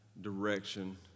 direction